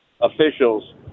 officials